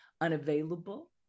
unavailable